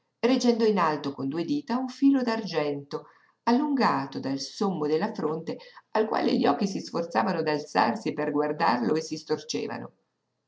reggendo in alto con due dita un filo d'argento allungato dal sommo della fronte al quale gli occhi si sforzavano d'alzarsi per guardarlo e si storcevano